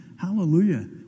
Hallelujah